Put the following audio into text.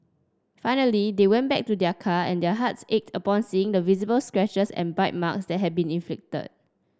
finally they went back to their car and their hearts ached upon seeing the visible scratches and bite marks that had been inflicted